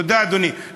תודה, אדוני.